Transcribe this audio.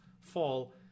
fall